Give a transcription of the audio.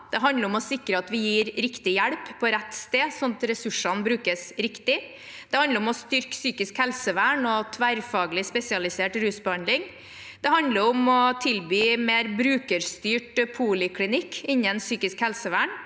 Det handler om å sikre at vi gir riktig hjelp på rett sted, sånn at ressursene brukes riktig. Det handler om å styrke psykisk helsevern og tverrfaglig spesialisert rusbehandling. Det handler om å tilby mer brukerstyrt poliklinikk innen psykisk helsevern.